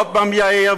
עוד פעם יאיר,